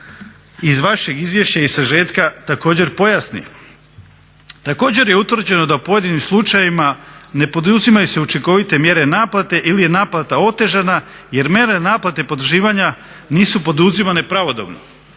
iz vašeg izvješća i sažetka također pojasni. Također je utvrđeno da u pojedinim slučajevima ne poduzimaju se učinkovite mjere naplate ili je naplata otežana jer mjere naplate potraživanja nisu poduzimane pravodobno.